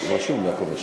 הוועדה,